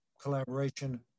collaboration